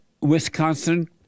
Wisconsin